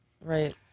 right